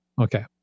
Okay